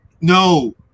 No